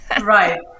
Right